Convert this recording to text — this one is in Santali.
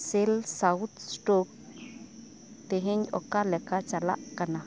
ᱥᱮᱞ ᱥᱟᱣᱩᱛᱷ ᱥᱴᱳᱠ ᱛᱮᱦᱮᱧ ᱚᱠᱟ ᱞᱮᱠᱟ ᱪᱟᱞᱟᱜ ᱠᱟᱱᱟ